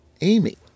Amy